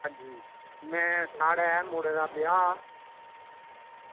हां जी में साढ़ै मुड़े दा ब्याह्